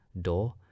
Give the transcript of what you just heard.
door